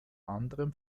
anderem